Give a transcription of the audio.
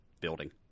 building